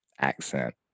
accent